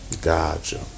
Gotcha